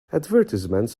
advertisements